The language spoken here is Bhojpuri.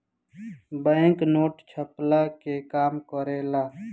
बैंक नोट छ्पला के काम करेला